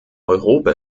europa